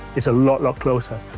it's a lot, lot closer.